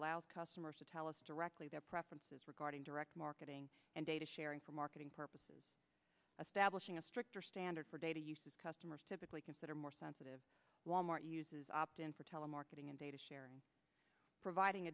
allows customers to tell us directly their preferences regarding direct marketing and data sharing for marketing purposes stablish ing a stricter standard for data usage customers typically consider more sensitive wal mart uses opt in for telemarketing and data sharing providing